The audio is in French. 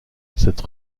cette